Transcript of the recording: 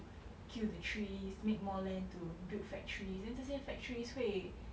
kill the trees make more land to build factories then 这些 factories 会